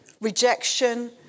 rejection